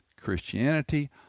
Christianity